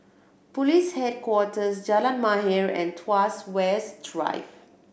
Police Headquarters Jalan Mahir and Tuas West Drive